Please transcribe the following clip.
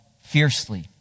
fiercely